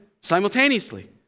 simultaneously